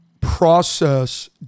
process